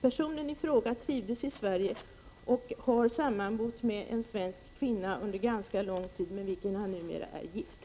Personen i fråga trivdes i Sverige och har under ganska lång tid sammanbott med en svensk kvinna med vilken han numera är gift.